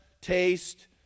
taste